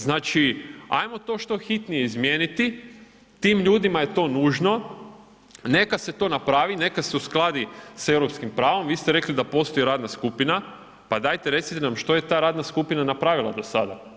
Znači, hajmo to što hitnije izmijeniti, tim ljudima je to nužno, neka se to napravi i nekad se uskladi s europskim pravom, vi ste rekli da postoji radna skupina, pa dajte recite nam, što je ta radna skupina napravila do sada.